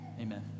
amen